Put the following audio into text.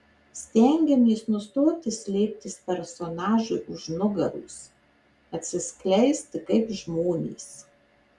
stengiamės nustoti slėptis personažui už nugaros atsiskleisti kaip žmonės